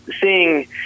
seeing